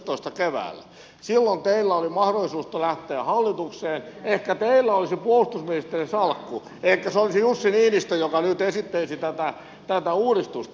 silloin teillä oli mahdollisuus lähteä hallitukseen ehkä teillä olisi puolustusministerin salkku ehkä se olisi jussi niinistö joka nyt esittelisi tätä uudistusta